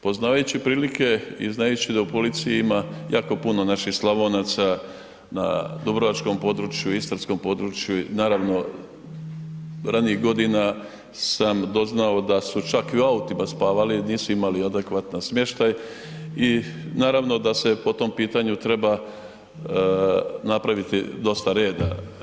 Poznavajući prilike i znajući da u policiji ima jako puno naših Slavonaca na dubrovačkom području, istarskom području, naravno, ranijih godina sam doznao da su čak i u autima spavali jel nisu imali adekvatan smještaj i naravno da se po tom pitanju treba napraviti dosta reda.